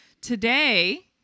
Today